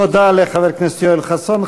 תודה לחבר הכנסת יואל חסון.